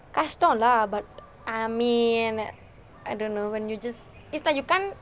kashtam lah but I mean I don't know when you just it's like you can't